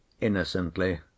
Innocently